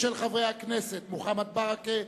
של חברי הכנסת מוחמד ברכה,